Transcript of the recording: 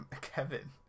Kevin